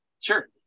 Sure